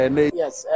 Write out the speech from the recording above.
Yes